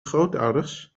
grootouders